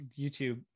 YouTube